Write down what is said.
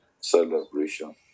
celebration